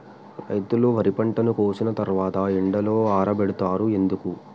రైతులు వరి పంటను కోసిన తర్వాత ఎండలో ఆరబెడుతరు ఎందుకు?